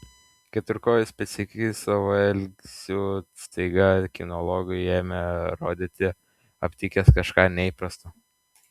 keturkojis pėdsekys savo elgesiu staiga kinologui ėmė rodyti aptikęs kažką neįprasto